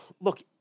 look